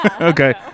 Okay